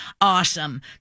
Awesome